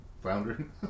floundering